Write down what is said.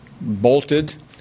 bolted